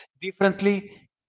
differently